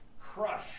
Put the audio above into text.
crush